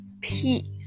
Peace